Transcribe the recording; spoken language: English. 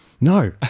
No